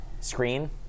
Screen